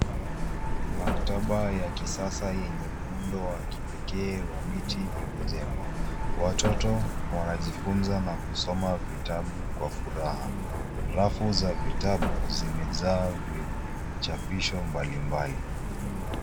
Maktaba ya kisasa yenye muundo wa kipekee wa miti imejengwa. Watoto wanajifunza na kusoma vitabu kwa furaha. Rafu za vitabu zimejaa vichapisho mbalimbali.